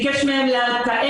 ביקש מהם לתאר,